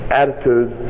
attitude